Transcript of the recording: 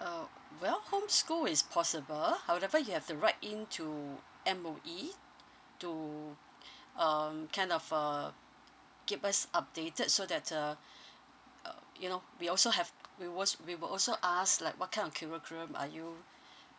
uh well homeschool is possible however you have to write in to M_O_E to um kind of uh keep us updated so that uh uh you know we also have we was we will also ask like what kind of curriculum are you